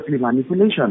manipulation